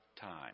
time